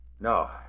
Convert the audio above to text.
No